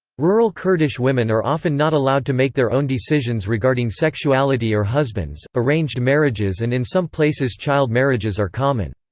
rural kurdish women are often not allowed to make their own decisions regarding sexuality or husbands, arranged marriages and in some places child marriages are common.